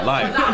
Life